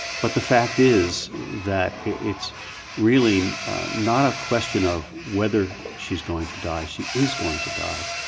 but the fact is that it's really not a question of whether she's going to die. she is going to die.